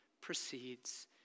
precedes